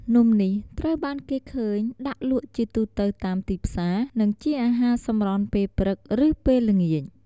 នំនេះត្រូវបានគេឃើញដាក់លក់ជាទូទៅតាមទីផ្សារ និងជាអាហារសម្រន់ពេលព្រឹក ឬពេលល្ងាច។